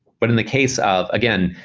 but in the case of, again,